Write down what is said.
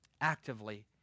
Actively